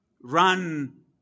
Run